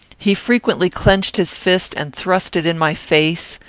he frequently clenched his fist and thrust it in my face,